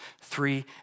three